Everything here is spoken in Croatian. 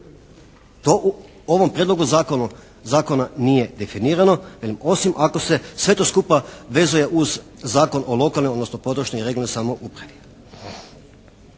To u ovom prijedlogu zakona nije definirano velim osim ako se sve to skupa vezuje uz Zakon o lokalnoj, odnosno područnoj i regionalnoj samoupravi.